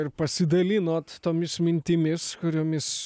ir pasidalinot tomis mintimis kuriomis